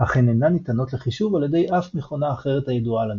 אך הן אינן ניתנות לחישוב על ידי אף מכונה אחרת הידועה לנו.